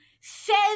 says